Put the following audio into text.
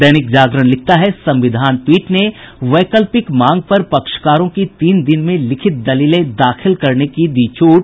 दैनिक जागरण लिखता है संविधान पीठ ने वैकल्पिक मांग पर पक्षकारों को तीन दिन में लिखित दलीलें दाखिल करने की दी छूट